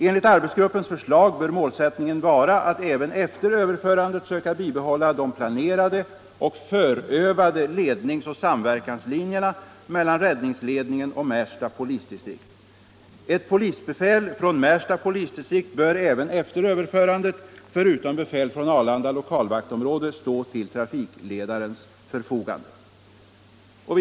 Enligt arbetsgruppens förslag bör målsättningen vara att även efter överförandet söka bibehålla de planerade och förövade ledningsoch samverkanslinjerna mellan räddningsledningen och Märsta polisdistrikt. Ett polisbefäl från Märsta polisdistrikt bör även efter överförandet — förutom befäl från Arlanda lokalvaktområde — stå till trafikledarens förfogande.